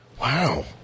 Wow